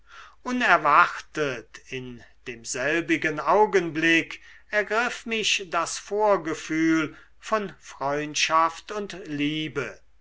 unerwartet in demselbigen augenblick ergriff mich das vorgefühl von freundschaft und liebe